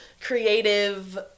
creative